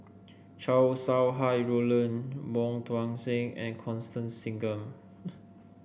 Chow Sau Hai Roland Wong Tuang Seng and Constance Singam